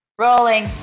Rolling